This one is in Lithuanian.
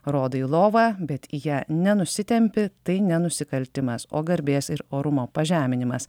rodai į lovą bet į ją nenusitempi tai ne nusikaltimas o garbės ir orumo pažeminimas